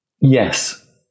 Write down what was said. Yes